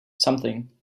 something